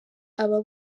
aba